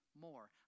more